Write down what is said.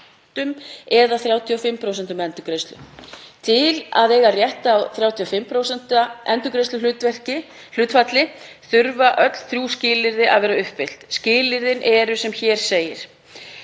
eða 35% endurgreiðsluhlutfalli. Til að eiga rétt á 35% endurgreiðsluhlutfalli þurfa öll þrjú skilyrði að vera uppfyllt. Skilyrðin eru sem hér segir: